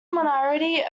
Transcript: minority